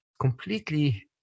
completely